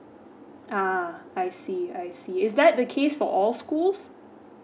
uh I see I see is that the case for all schools